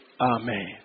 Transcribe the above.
Amen